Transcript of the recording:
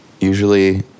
usually